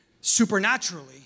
supernaturally